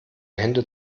hände